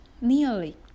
nearly